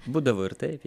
būdavo ir taip